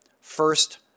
first